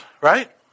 right